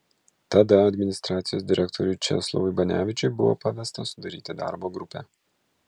tada administracijos direktoriui česlovui banevičiui buvo pavesta sudaryti darbo grupę